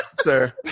Sir